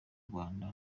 rwanda